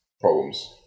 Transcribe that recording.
problems